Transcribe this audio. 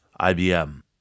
IBM